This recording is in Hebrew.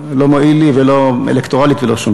לא מועיל לי לא אלקטורלית ולא שום